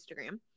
Instagram